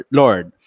lord